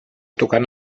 tocant